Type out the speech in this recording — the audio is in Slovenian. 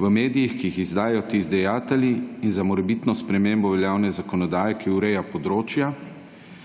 v medijih, ki jih izdajajo ti izdajatelji, in za morebitno spremembo veljavne zakonodaje, ki ureja področja: